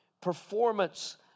performance